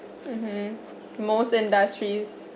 mmhmm most industries